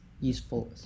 useful